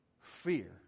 fear